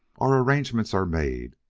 our arrangements are made.